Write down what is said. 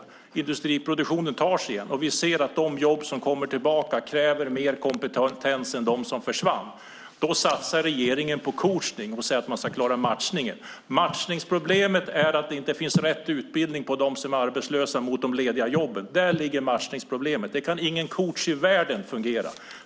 Nu tar sig industriproduktionen igen, och vi ser att de jobb som kommer tillbaka kräver mer kompetens än de jobb som försvann. Då satsar regeringen på coachning och säger att man ska klara matchningen. Men matchningsproblemet är att det inte är rätt utbildning på dem som är arbetslösa jämfört med de lediga jobben. Där ligger matchningsproblemet, och det kan ingen coach i världen klara.